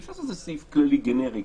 אי אפשר לעשות סעיף גנרי כזה,